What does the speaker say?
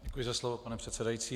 Děkuji za slovo, pane předsedající.